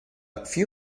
few